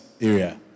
area